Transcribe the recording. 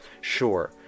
Sure